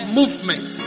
movement